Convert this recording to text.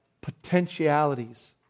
potentialities